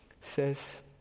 says